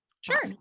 Sure